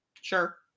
sure